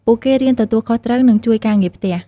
ពួកគេរៀនទទួលខុសត្រូវ និងជួយការងារផ្ទះ។